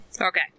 Okay